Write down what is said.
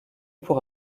pour